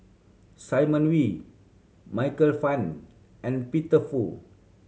Simon Wee Michael Fam and Peter Fu